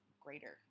greater